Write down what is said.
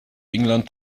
england